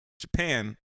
Japan